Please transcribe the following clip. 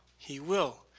he will,